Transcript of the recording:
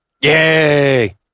Yay